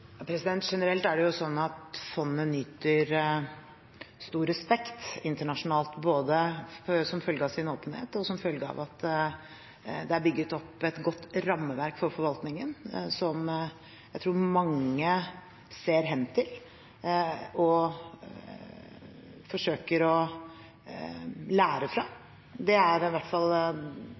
Generelt er det slik at fondet nyter stor respekt internasjonalt, både som følge av sin åpenhet og som følge av at det er bygget opp et godt rammeverk for forvaltningen, som jeg tror mange ser hen til og forsøker å lære av. Jeg har i hvert fall